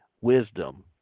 wisdom